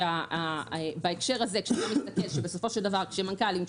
שבהקשר הזה כשמנכ"לים,